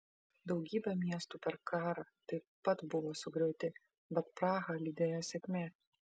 daugybė miestų per karą taip pat buvo sugriauti bet prahą lydėjo sėkmė